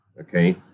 okay